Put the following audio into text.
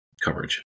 coverage